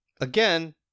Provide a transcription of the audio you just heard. again